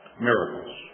miracles